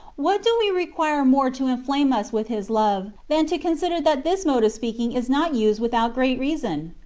what do we require more to inflame us with his love, than to consider that this mode of speaking is not used without great reason?